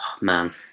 man